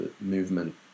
movement